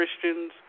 Christians